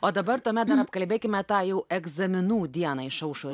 o dabar tuomet dar apkalbėkime tą jau egzaminų dieną išaušo